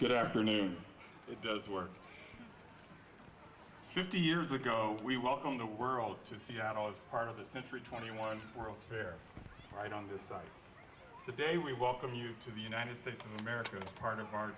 good afternoon it does work fifty years ago we were out on the world to seattle as part of the century twenty one world's fair right on the site of the day we welcome you to the united states of america as part of our